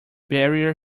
barrier